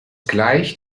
gleicht